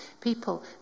people